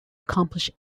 accomplish